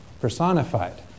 personified